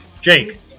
Jake